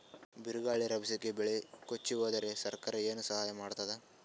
ಬಿರುಗಾಳಿ ರಭಸಕ್ಕೆ ಬೆಳೆ ಕೊಚ್ಚಿಹೋದರ ಸರಕಾರ ಏನು ಸಹಾಯ ಮಾಡತ್ತದ?